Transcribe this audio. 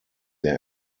der